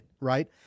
right